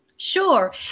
Sure